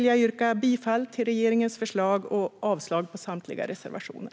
Jag yrkar bifall till regeringens förslag och avslag på samtliga reservationer.